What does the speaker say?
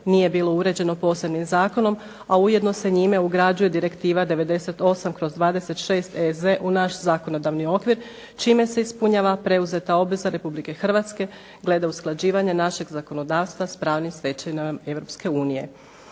nije bilo uređeno posebnim zakonom, a ujedno se njime ugrađuje direktiva 98/26 EZ u naš zakonodavni okvir čime se ispunjava preuzeta obveza Republike Hrvatske glede usklađivanja našeg zakonodavstva s pravnim stečevinama Europske unije.